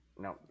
no